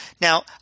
Now